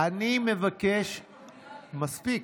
אני מבקש, מספיק.